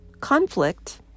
conflict